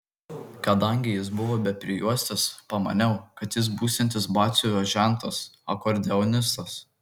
kadangi jis buvo be prijuostės pamaniau kad jis būsiantis batsiuvio žentas akordeonistas